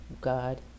God